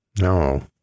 No